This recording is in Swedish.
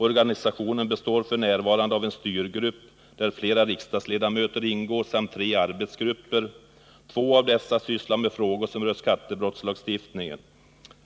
Organisationen består f.n. av en styrgrupp, där flera riksdagsledamöter ingår, samt tre arbetsgrupper. Två av dessa sysslar med frågor som rör skattebrottslagstiftningen.